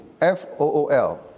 F-O-O-L